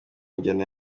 njyana